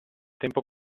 tempo